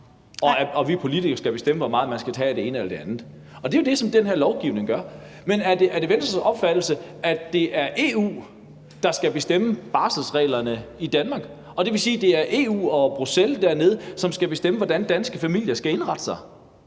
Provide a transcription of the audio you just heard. at vi politikere skal bestemme, hvor meget man skal tage af det ene eller det andet. Det er jo det, som den her lovgivning gør. Men er det Venstres opfattelse, at det er EU, der skal bestemme barselsreglerne i Danmark? Det vil sige, at det er dernede i EU og Bruxelles, man skal bestemme, hvordan danske familier skal indrette sig.